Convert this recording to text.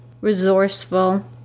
resourceful